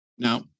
Now